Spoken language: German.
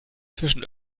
zwischen